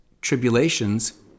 tribulations